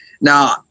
Now